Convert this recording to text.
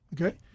okay